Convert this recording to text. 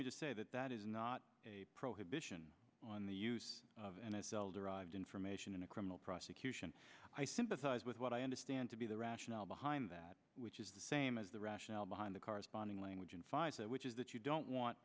just say that that is not a prohibition on the use of n f l derived information in a criminal prosecution i sympathize with what i ended than to be the rationale behind that which is the same as the rationale behind the corresponding language in five which is that you don't want